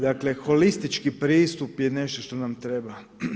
Dakle holistički pristup je nešto što nam treba.